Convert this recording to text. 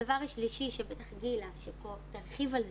הדבר השלישי שבטח גילה שפה תרחיב על זה,